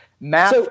math